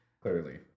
Clearly